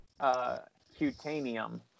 Cutanium